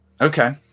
Okay